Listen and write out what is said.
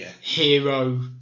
hero